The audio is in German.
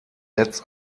netz